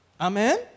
Amen